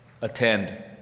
attend